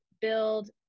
build